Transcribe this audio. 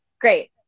great